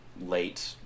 late